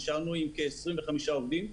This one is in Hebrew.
נשארנו עם כ-25 עובדים.